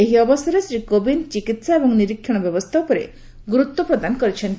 ଏହି ଅବସରରେ ଶ୍ରୀ କୋବିନ୍ଦ ଚିକିିି୍ସା ଏବଂ ନିରୀକ୍ଷଣ ବ୍ୟବସ୍ଥା ଉପରେ ଗୁରୁତ୍ୱ ପ୍ରଦାନ କରିଛନ୍ତି